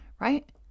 right